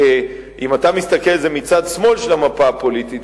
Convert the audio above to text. אם אתה מסתכל על זה מצד שמאל של המפה הפוליטית,